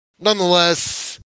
Nonetheless